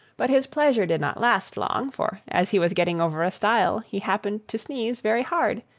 but his pleasure did not last long, for, as he was getting over a stile, he happened to sneeze very hard,